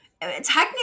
technically